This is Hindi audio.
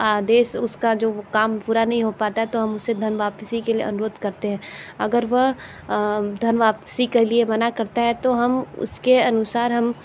आदेश उसका जो वो काम पूरा नहीं हो पता तो हम उसे धन वापसी के लिए अनुरोध करते हैं अगर वह धन वापसी के लिए मना करता है तो हम उसके अनुसार हम